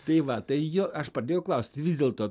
tai va tai jo aš pradėjau klaust vis dėlto